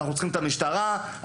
את המשטרה,